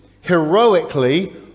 heroically